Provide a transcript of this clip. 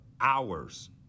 hours